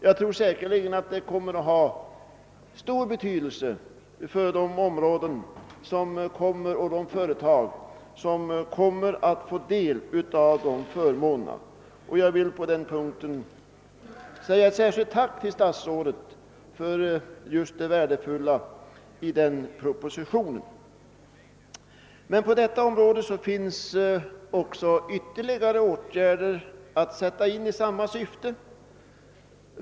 Jag tror att den kommer att ha stor betydelse för de områden och de företag som får del av förmånerna, och jag vill rikta ett särskilt tack till statsrådet för detta värdefulla förslag. Men det finns ytterligare åtgärder att sätta in i samma syfte på området.